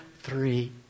three